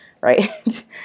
right